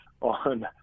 on